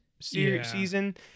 season